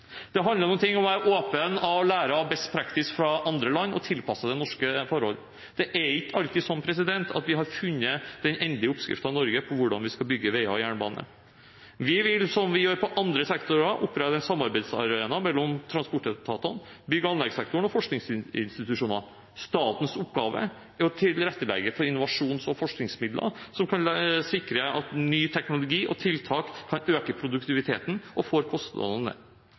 Det handler om å være åpen og å lære av «best practice» fra andre land og tilpasse det til norske forhold. Det er ikke alltid slik at vi i Norge har funnet den endelige oppskriften på hvordan vi skal bygge veier og jernbane. Vi vil, som vi gjør på andre sektorer, opprette en samarbeidsarena mellom transportetatene, bygg- og anleggssektoren og forskningsinstitusjoner. Statens oppgave er å tilrettelegge for innovasjons- og forskningsmidler som kan sikre at ny teknologi og tiltak kan øke produktiviteten og få kostnadene